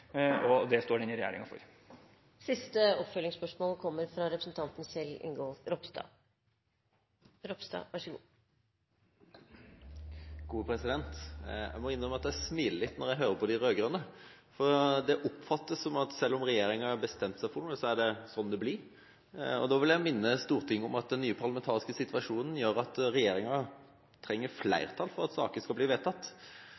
og det står denne regjeringen for. Kjell Ingolf Ropstad – til oppfølgingsspørsmål. Jeg må innrømme at jeg smiler litt når jeg hører på de rød-grønne. Det oppfattes slik at når regjeringa har bestemt seg for noe, er det sånn det blir. Da vil jeg minne Stortinget om at den nye parlamentariske situasjonen gjør at regjeringa trenger